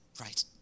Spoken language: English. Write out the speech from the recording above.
Right